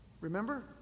Remember